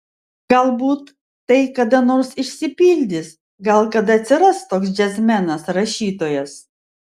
galbūt tai kada nors išsipildys gal kada atsiras toks džiazmenas rašytojas